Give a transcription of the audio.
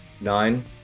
Nine